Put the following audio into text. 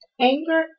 anger